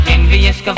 Envious